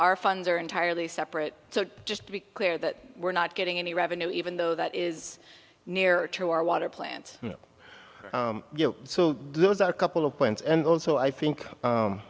our funds are entirely separate so just to be clear that we're not getting any revenue even though that is nearer to our water plant so those are a couple of points and also i think